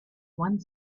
one